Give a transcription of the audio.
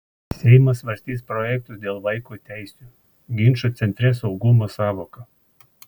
seimas svarstys projektus dėl vaiko teisių ginčo centre saugumo sąvoka